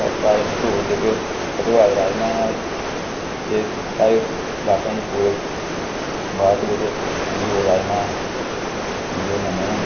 ओह साढ़े मश्हूर जेह्के भद्रवाह् दे राजमां एह् साढ़े लाके च पूरे बाह्र दे बिच्च मश्हूर राजमां जेह्के मन्ने दे न